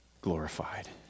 glorified